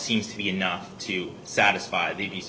seems to be enough to satisfy the